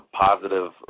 positive